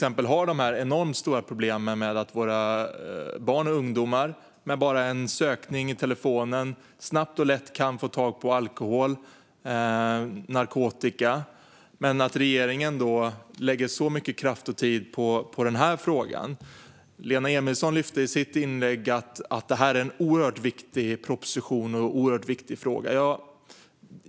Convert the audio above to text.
Medan vi har enormt stora problem med att våra barn och ungdomar genom bara en sökning i telefonen snabbt och lätt kan få tag på alkohol och narkotika lägger regeringen en massa kraft och tid på dagens fråga. Lena Emilsson lyfte i sitt inlägg fram att detta är en mycket viktig proposition och fråga.